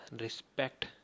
respect